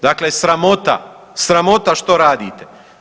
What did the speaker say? Dakle, sramota, sramota što radite.